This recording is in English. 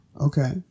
Okay